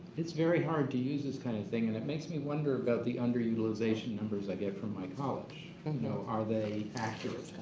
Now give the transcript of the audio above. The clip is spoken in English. it's very hard to use this kind of thing and it makes me wonder about the underutilization numbers i get from my college. you know, are they accurate?